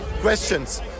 questions